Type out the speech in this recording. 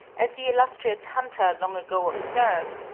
as the illustrious hunter long ago observed,